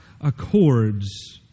accords